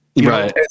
Right